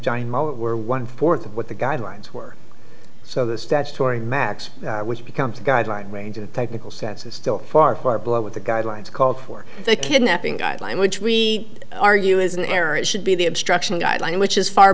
john moe were one fourth of what the guidelines were so the statutory max which becomes a guideline range in technical sense is still far far below what the guidelines called for the kidnapping guideline which we argue is an error it should be the obstruction guideline which is far